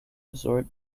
resort